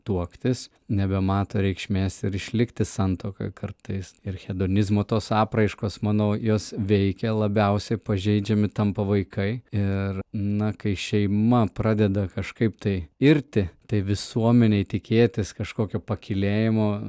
tuoktis nebemato reikšmės ir išlikti santuokoj kartais ir hedonizmo tos apraiškos manau jos veikia labiausiai pažeidžiami tampa vaikai ir na kai šeima pradeda kažkaip tai irti tai visuomenei tikėtis kažkokio pakylėjimo